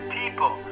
people